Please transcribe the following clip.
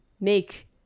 make